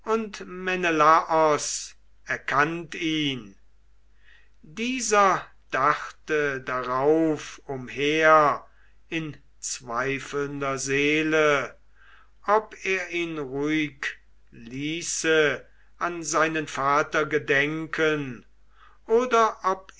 ihn dieser dachte darauf umher in zweifelnder seele ob er ihn ruhig ließe an seinen vater gedenken oder